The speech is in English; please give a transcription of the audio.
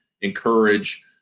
encourage